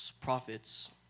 prophets